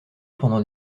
pendant